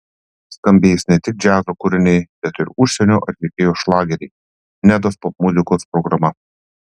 skambės ne tik džiazo kūriniai bet ir užsienio atlikėjų šlageriai nedos popmuzikos programa